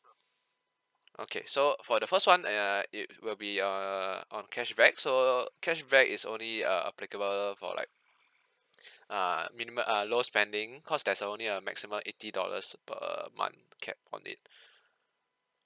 okay so for the first one uh it will be uh on cashback so cashback is only uh applicable for like err minimum uh low spending cause there's only a maximum eighty dollars per month cap on it